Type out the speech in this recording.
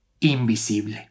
invisible